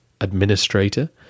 administrator